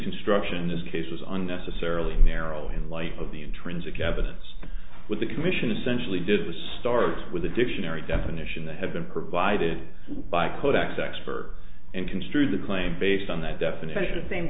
construction is cases on necessarily narrow in light of the intrinsic evidence with the commission essentially did was start with a dictionary definition that had been provided by codex expert and construed the claim based on that definition of same